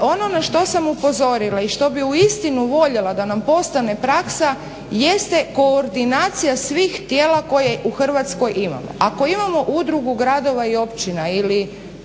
Ono na što sam upozorila i što bih uistinu voljela da nam postane praksa jeste koordinacija svih tijela koje u Hrvatskoj imamo. Ako imamo Udrugu gradova i općina ili